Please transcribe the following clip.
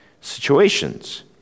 situations